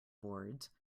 boards